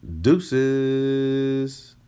Deuces